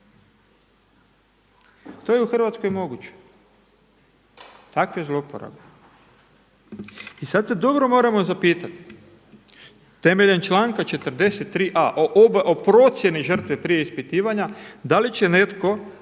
To je u Hrvatskoj moguće, takve zlouporabe. I sad se dobro moramo zapitati temeljem članka 43a. o procjeni žrtve prije ispitivanja da li će netko